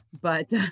but-